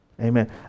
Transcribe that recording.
Amen